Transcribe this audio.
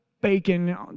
bacon